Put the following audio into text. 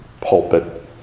pulpit